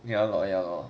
ya lor ya lor